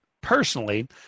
personally